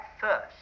first